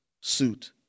suit